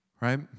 Right